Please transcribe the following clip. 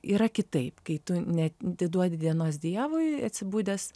yra kitaip kai tu neatiduodi dienos dievui atsibudęs